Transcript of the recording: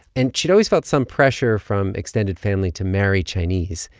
and she'd always felt some pressure from extended family to marry chinese,